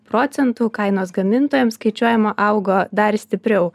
procentų kainos gamintojams skaičiuojama augo dar stipriau